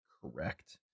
correct